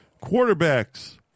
Quarterback's